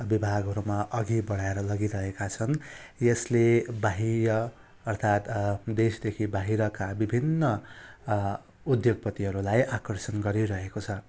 विभागहरूमा अघि बढाएर लगिरहेका छन् यसले बाहिर अर्थात् देशदेखि बाहिरका विभिन्न उद्योगपतिहरूलाई आकर्षण गरिरहेको छ